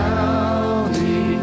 County